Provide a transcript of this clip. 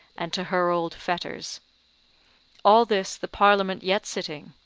and to her old fetters all this the parliament yet sitting.